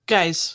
Guys